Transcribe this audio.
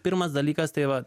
pirmas dalykas tai va